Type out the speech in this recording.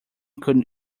could